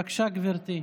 בבקשה, גברתי.